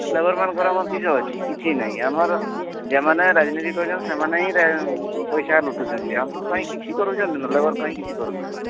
ଲେବର୍ମାନଙ୍କର ଆମର କିସ ଅଛି କିଛି ନାହିଁ ଆମର ଯେମାନେ ରାଜନୀତି କରୁଛନ୍ତି ସେମାନେ ହିଁ ରା ପଇସା ଲୁଟୁଛନ୍ତି ଆମପାଇଁ କିଛି କରୁଛନ୍ତି ନା ଲେବର୍ ପାଇଁ କିଛି କରୁନାହାନ୍ତି